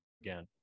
again